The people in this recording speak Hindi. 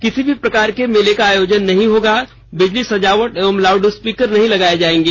किसी भी प्रकार के मेले का आयोजन नहीं होगा बिजली सजावट एवं लाउडस्पीकर नहीं लगाया जाएगा